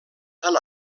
tan